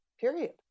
period